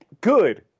good